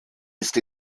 ist